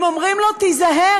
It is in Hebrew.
הם אומרים לו: תיזהר,